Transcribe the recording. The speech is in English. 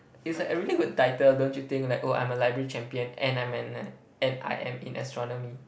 it's like a really good title don't you think like oh I'm a library champion and I'm an like and I am in astronomy